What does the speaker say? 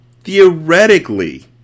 Theoretically